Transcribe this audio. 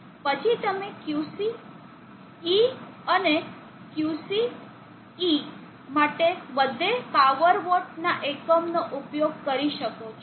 પછી તમે Qc E અને Qc E માટે બધે પાવર વોટ ના એકમોનો ઉપયોગ કરી શકો છો